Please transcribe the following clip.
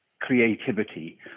creativity